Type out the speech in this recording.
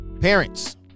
Parents